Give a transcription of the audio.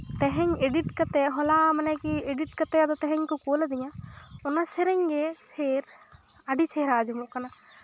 ᱛᱮᱦᱮᱧ ᱮᱰᱤᱴ ᱠᱟᱛᱮᱜ ᱦᱚᱞᱟ ᱢᱟᱱᱮ ᱠᱤ ᱮᱰᱤᱴ ᱠᱟᱛᱮᱜ ᱛᱮᱦᱤᱧ ᱟᱫᱚ ᱠᱚ ᱠᱩᱞ ᱟᱫᱤᱧᱟ ᱚᱱᱟ ᱥᱮᱨᱮᱧ ᱜᱮ ᱯᱷᱤᱨ ᱟᱹᱰᱤ ᱪᱮᱦᱨᱟ ᱟᱸᱡᱚᱢᱚᱜ ᱠᱟᱱᱟ